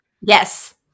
Yes